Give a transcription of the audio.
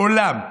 מעולם,